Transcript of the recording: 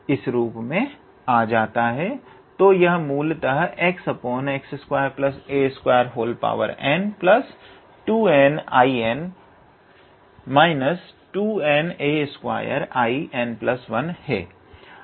तो यह है xx2a2n2nx2a2x2a2n1dx 2na2dxx2a2n1 तो यह मूलतः xx2a2n2nIn 2na2In1 है